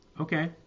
Okay